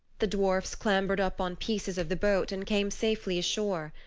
the dwarfs clambered up on pieces of the boat and came safely ashore.